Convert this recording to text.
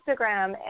Instagram